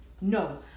No